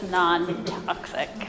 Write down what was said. non-toxic